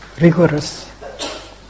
rigorous